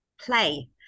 play